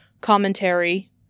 commentary